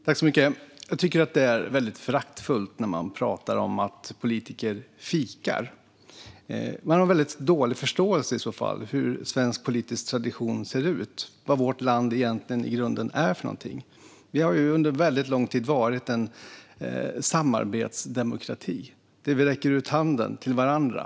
Fru talman! Jag tycker att det är väldigt föraktfullt att prata om att politiker fikar. Man har i så fall dålig förståelse för hur svensk politisk tradition ser ut och för vad vårt land egentligen i grunden är. Vi har under väldigt lång tid varit en samarbetsdemokrati, där vi räcker ut handen till varandra.